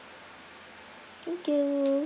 thank you